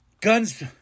Guns